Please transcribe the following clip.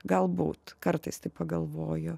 galbūt kartais taip pagalvoju